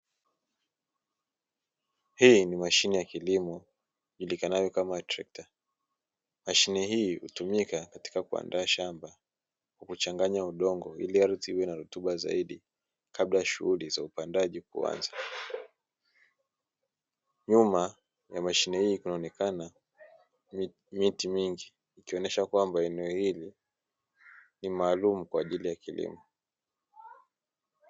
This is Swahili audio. Hii ni mashine ya kilimo ijulikanayo kama trekta. Mashine hii hutumika katika kuandaa shamba kwa kuchanganya udongo ili ardhi iwe na rutuba zaidi kabla shughuli za upandaji kuanza. Nyuma ya mashine hii kunaonekana miti mingi, ikionesha kwamba eneo hili ni maalumu kwa ajili ya kilimo.